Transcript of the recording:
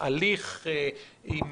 הליך עם